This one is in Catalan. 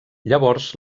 llavors